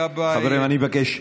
חברים, תודה רבה.